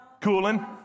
cooling